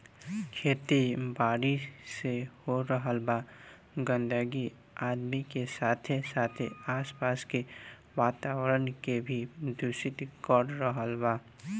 खेती बारी से हो रहल गंदगी आदमी के साथे साथे आस पास के वातावरण के भी दूषित कर रहल बा